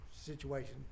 situation